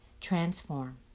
transform